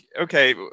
okay